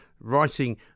writing